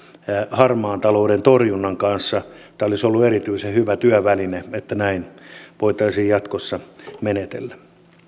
harmaan talouden torjunnan kanssa tämä olisi ollut erityisen hyvä työväline että näin voitaisiin jatkossa menetellä